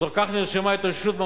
בכוח העבודה.